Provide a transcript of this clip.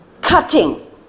cutting